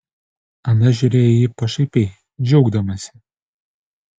ana žiūrėjo į jį pašaipiai džiaugdamasi